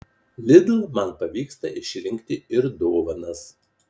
lidl man pavyksta išrinkti ir dovanas